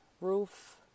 roof